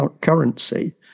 currency